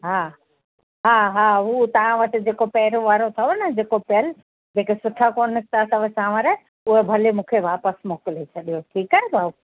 हा हा हा उहो तव्हां वटि जेको पहिरियों वारो अथव जेको पियलु जेके सुठा कोन निकिता अथव चांवर उहे भले मूंखे वापसि मोकिले छॾियो ठीकु आहे भाऊ